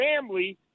family